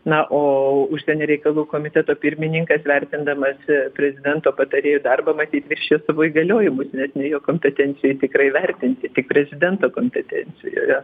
na o užsienio reikalų komiteto pirmininkas vertindamas prezidento patarėjų darbą matyt viršijo savo įgaliojimus nes ne jo kompetencijoj tikrai vertinti tik prezidento kompetencijoje